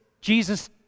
Jesus